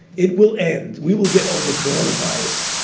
it will end. we will get over coronavirus,